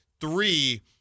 three